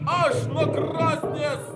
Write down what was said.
aš nuo krosnies